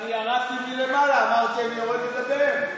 אבל אני ירדתי מלמעלה, אמרתי: אני יורד לדבר,